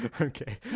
Okay